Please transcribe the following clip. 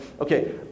okay